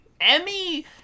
Emmy